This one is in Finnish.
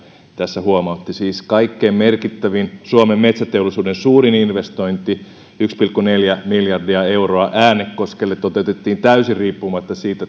tässä huomautti siis kaikkein merkittävin suomen metsäteollisuuden suurin investointi yksi pilkku neljä miljardia euroa äänekoskelle toteutettiin täysin riippumatta